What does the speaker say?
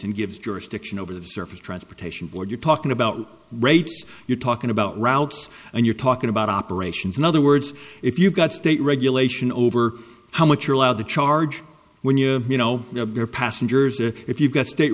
and gives jurisdiction over the surface transportation board you're talking about rates you're talking about routes and you're talking about operations in other words if you've got state regulation over how much you're allowed to charge when you you know your passengers or if you've got state